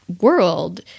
world